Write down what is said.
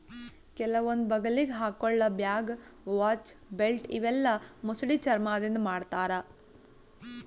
ಕೆಲವೊಂದ್ ಬಗಲಿಗ್ ಹಾಕೊಳ್ಳ ಬ್ಯಾಗ್, ವಾಚ್, ಬೆಲ್ಟ್ ಇವೆಲ್ಲಾ ಮೊಸಳಿ ಚರ್ಮಾದಿಂದ್ ಮಾಡ್ತಾರಾ